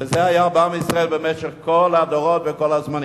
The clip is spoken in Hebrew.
וזה היה בישראל במשך כל הדורות וכל הזמנים.